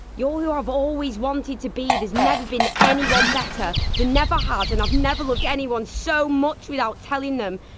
you're who i've always wanted to be, there's never been anyone better, there never has, and i've never loved anyone so much without telling them,